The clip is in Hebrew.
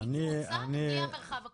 התעלמו מהמרחב הכפרי.